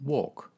Walk